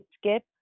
skip